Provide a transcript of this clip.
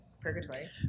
Purgatory